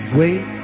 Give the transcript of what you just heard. wait